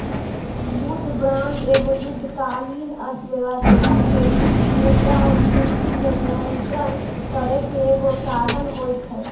युद्ध बांड एगो युद्धकालीन अर्थव्यवस्था से मुद्रास्फीति के नियंत्रण करै के एगो साधन होय छै